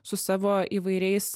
su savo įvairiais